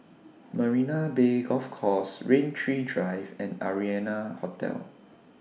Marina Bay Golf Course Rain Tree Drive and Arianna Hotel